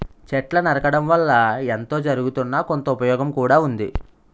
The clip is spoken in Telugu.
చెట్లు నరకడం వల్ల ఎంతో జరగుతున్నా, కొంత ఉపయోగం కూడా ఉంది